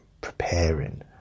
preparing